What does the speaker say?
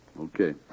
Okay